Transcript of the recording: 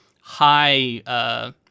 high –